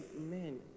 man